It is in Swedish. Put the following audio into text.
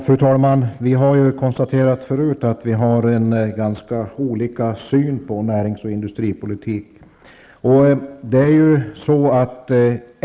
Fru talman! Vi har förut konstaterat att vi har ganska olika syn på närings och industripolitik.